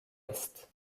est